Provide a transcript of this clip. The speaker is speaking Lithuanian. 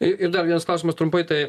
ir dar vienas klausimas trumpai tai